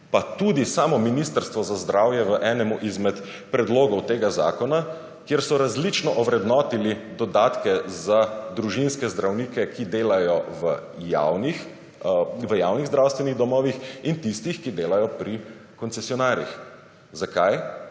pa tudi samo Ministrstvo za zdravje v enemu izmed Predlogov tega zakona, kjer so različno ovrednotili dodatke za družinske zdravnike, ki delajo v javnih zdravstvenih domovih in tistih, ki delajo pri koncesionarjih. Zakaj?